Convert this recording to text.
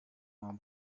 mau